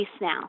now